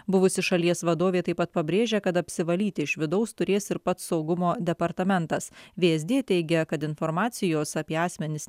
buvusi šalies vadovė taip pat pabrėžia kad apsivalyti iš vidaus turės ir pats saugumo departamentas vsd teigia kad informacijos apie asmenis